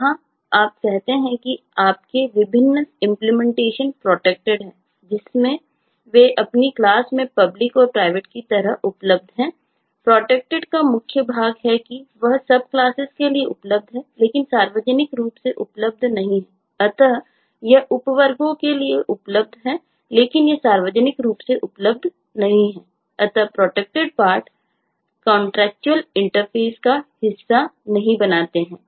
जहाँ आप कहते हैं कि आपके विभिन्न इंप्लीमेंटेशन का हिस्सा नहीं बनते हैं